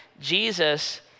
Jesus